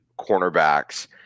cornerbacks